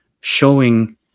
showing